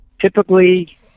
typically